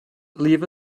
leave